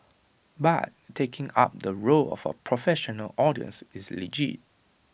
but taking up the role of A professional audience is legit